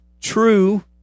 true